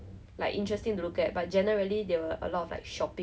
everyday you climb the stairs and then